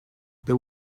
there